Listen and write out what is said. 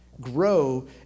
grow